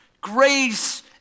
grace